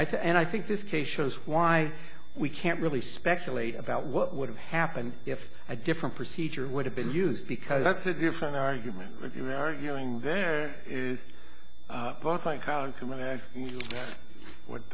think and i think this case shows why we can't really speculate about what would happen if a different procedure would have been used because that's a different argument if you're arguing there is both like